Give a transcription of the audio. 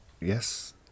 Yes